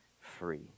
free